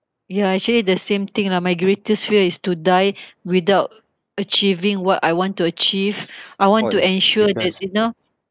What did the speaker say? ya actually the same thing lah my greatest fear is to die without achieving what I want to achieve I want to ensure that you know